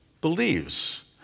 believes